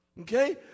Okay